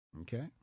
Okay